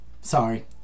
Sorry